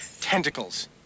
Tentacles